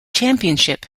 championship